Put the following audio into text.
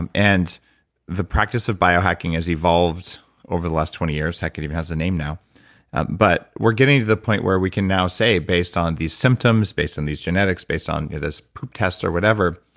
and and the practice of biohacking has evolved over the last twenty years. heck, it even has a name now but we're getting to the point where we can now say based on these symptoms, based on these genetics, based on this poop test or whatever,